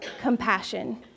compassion